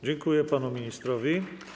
Dziękuję panu ministrowi.